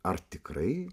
ar tikrai